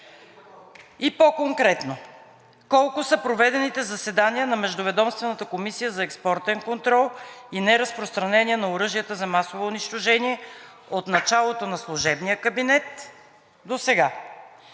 И по конкретно – колко са проведените заседания на Междуведомствената комисия за експортен контрол и неразпространение на оръжията за масово унищожение от началото на служебния кабинет досега?